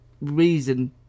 reason